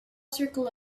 circle